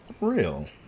real